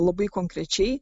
labai konkrečiai